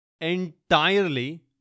entirely